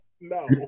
No